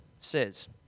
says